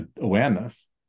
awareness